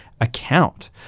account